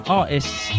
artists